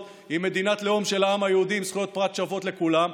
היא מדינת לאום של העם היהודי עם זכויות פרט שוות לכולם.